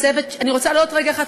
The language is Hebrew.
אני רוצה להודות רגע אחד,